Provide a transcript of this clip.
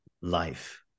life